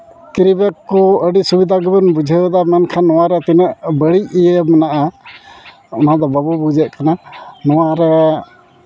ᱠᱮᱨᱤᱵᱮᱜᱽ ᱠᱚ ᱟᱹᱰᱤ ᱥᱩᱵᱤᱫᱷᱟ ᱜᱮᱵᱚᱱ ᱵᱩᱡᱷᱟᱹᱣᱮᱫᱟ ᱢᱮᱱᱠᱷᱟᱱ ᱱᱚᱣᱟᱨᱮ ᱛᱤᱱᱟᱹᱜ ᱵᱟᱹᱲᱤᱡ ᱤᱭᱟᱹ ᱢᱮᱱᱟᱜᱼᱟ ᱚᱱᱟ ᱫᱚ ᱵᱟᱵᱚ ᱵᱩᱡᱽ ᱮᱫ ᱠᱟᱱᱟ ᱱᱚᱣᱟ ᱨᱮ